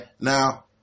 Now